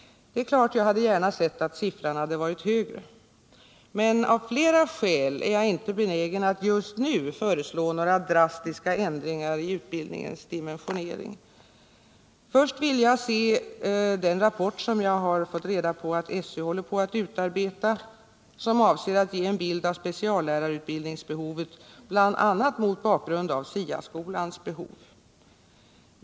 Det är klart att jag gärna hade sett att siffran hade varit högre, men av Nera skäl är jag inte benägen att just nu föreslå några drastiska ändringar i utbildningens dimensionering. Först vill jag se den rapport som jag har fått reda på att SÖ håller på att utarbeta och som avser att ge en bild av speciallärarutbildningsbehovet, bl.a. mot bakgrund av SIA-skolans behov.